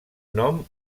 nom